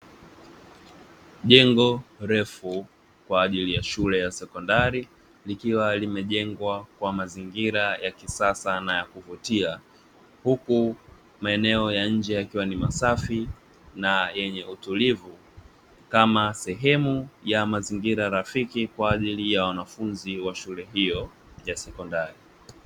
Jengo refu kwa ajili ya shule ya sekondari likiwa limejengwa kwa mazingira ya kisasa na ya kuvutia, huku maeneo ya nje yakiwa ni masafi na yenye utulivu kama sehemu ya mazingira rafiki kwa ajili ya wanafunzi wa shule hiyo ya sekondari.